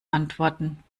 antworten